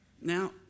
Now